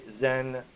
Zen